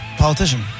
politician